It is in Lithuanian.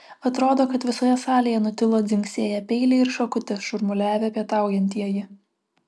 atrodo kad visoje salėje nutilo dzingsėję peiliai ir šakutės šurmuliavę pietaujantieji